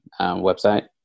website